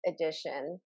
edition